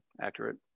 accurate